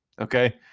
Okay